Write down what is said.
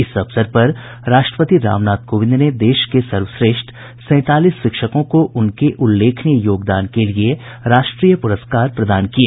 इस अवसर पर राष्ट्रपति रामनाथ कोविंद ने देश के सर्वश्रेष्ठ सैंतालीस शिक्षकों को उनके उल्लेखनीय योगदान के लिए राष्ट्रीय पुरस्कार प्रदान किए